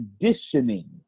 conditioning